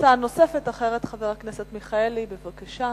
הצעה נוספת אחרת לחבר הכנסת מיכאלי, בבקשה.